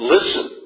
Listen